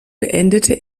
beendete